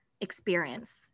experience